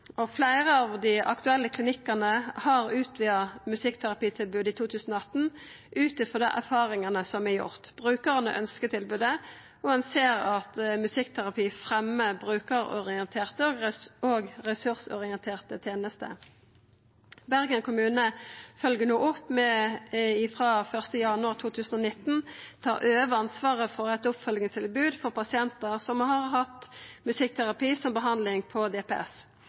og fleire av dei aktuelle klinikkane har utvida musikkterapitilbodet i 2018 ut frå dei erfaringane som er gjorde. Brukarane ønskjer tilbodet, og ein ser at musikkterapi fremjar brukarorienterte og ressursorienterte tenester. Bergen kommune følgjer no opp. Frå 1. januar 2019 tok dei over ansvaret for eit oppfølgingstilbod for pasientar som har hatt musikkterapi som behandling på DPS.